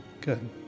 Good